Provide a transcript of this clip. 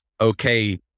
okay